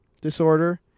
disorder